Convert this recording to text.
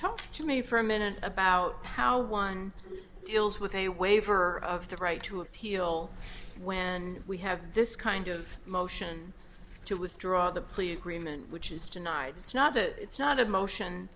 talked to me for a minute about how one deals with a waiver of the right to appeal when we have this kind of motion to withdraw the plea agreement which is denied it's not that it's not a motion